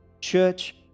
Church